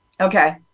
Okay